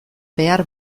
behar